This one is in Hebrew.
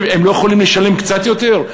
הם לא יכולים לשלם קצת יותר?